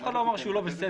אף אחד לא אמר שהוא לא בסדר.